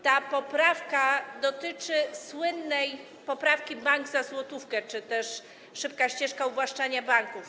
Ta poprawka dotyczy słynnej poprawki: bank za złotówkę czy też szybkiej ścieżki uwłaszczania banków.